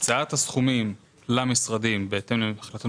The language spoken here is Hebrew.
הקצאת הסכומים למשרדים בהתאם להחלטת